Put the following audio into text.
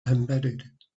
embedded